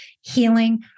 healing